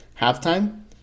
Halftime